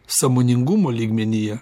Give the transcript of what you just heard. sąmoningumo lygmenyje